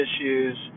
issues